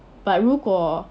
but 如果